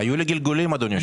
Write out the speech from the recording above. היו לי גלגולים אדוני.